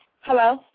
Hello